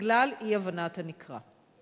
בגלל אי-הבנת הנקרא.